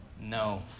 No